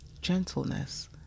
gentleness